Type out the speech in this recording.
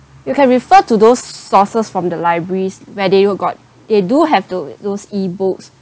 you can refer to those sources from the libraries where they will got they do have those those e-books